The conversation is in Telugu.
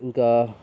ఇంకా